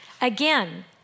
Again